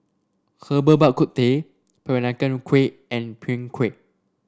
Herbal Bak Ku Teh Peranakan Kueh and Png Kueh